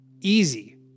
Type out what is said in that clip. easy